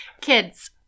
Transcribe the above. Kids